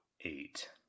eight